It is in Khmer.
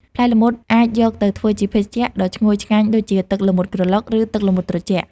ផ្លែល្មុតអាចយកទៅធ្វើជាភេសជ្ជៈដ៏ឈ្ងុយឆ្ងាញ់ដូចជា ទឹកល្មុតក្រឡុក ឬ ទឹកល្មុតត្រជាក់។